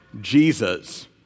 Jesus